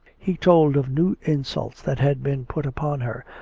he told of new insults that had been put upon her,